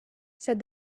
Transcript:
said